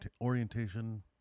orientation